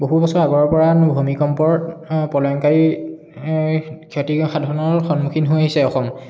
বহু বছৰ আগৰেপৰা আমি ভুমিকম্পৰ প্ৰলয়ংকাৰী ক্ষতিসাধনৰ সন্মুখীন হৈ আহিছে অসম